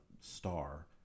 star